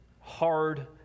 hard